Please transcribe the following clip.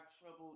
trouble